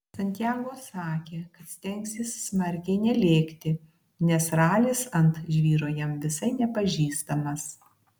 santiago sakė kad stengsis smarkiai nelėkti nes ralis ant žvyro jam visai nepažįstamas